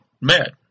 mad